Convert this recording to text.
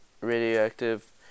radioactive